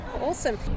Awesome